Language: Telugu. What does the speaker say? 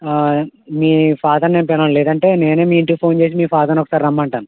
మీ ఫాదర్ని ఏం పిలవను లేదంటే నేనే మీ ఇంటికి ఫోన్ చేసి మీ ఫాదర్ని ఒకసారి రమ్మంటాను